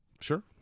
Sure